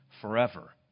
forever